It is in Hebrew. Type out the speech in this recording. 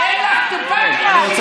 מה זה הדבר הזה?